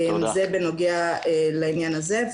זה בנוגע לעניין הזה.